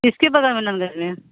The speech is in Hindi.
किसके बगल